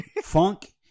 funk